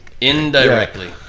Indirectly